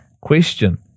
Question